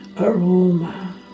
aroma